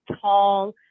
tall